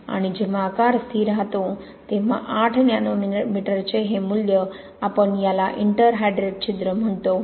आणि जेव्हा आकार स्थिर राहतो तेव्हा 8 नॅनोमीटरचे हे मूल्य आपण याला इंटर हायड्रेट छिद्र म्हणतो